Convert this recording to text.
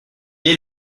est